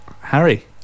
Harry